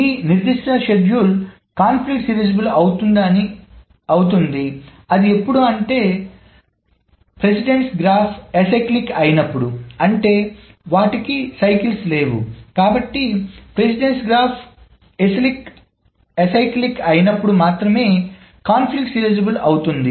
ఈ నిర్దిష్ట షెడ్యూల్ సంఘర్షణ సీరియలైజబుల్ అవుతుంది అది ఎప్పుడు అంటే ప్రాధాన్యత గ్రాఫ్ ఎస్ఐక్లిక్ అయినప్పుడు అంటే వాటికి వృత్తాకారం లేవు కాబట్టి ప్రాధాన్యత గ్రాఫ్ ఎసిక్లిక్ అయినప్పుడు మాత్రమే సంఘర్షణ సీరియలైజ్ అవుతుంది